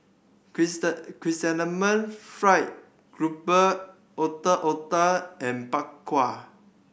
Chrysanthemum Fried Grouper Ondeh Ondeh and Bak Kwa